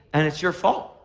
and it's your fault.